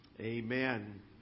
Amen